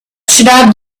should